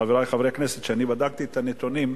חברי חברי הכנסת, אני בדקתי את הנתונים.